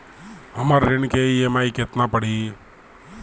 हमर ऋण के ई.एम.आई केतना पड़ी?